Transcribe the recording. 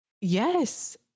Yes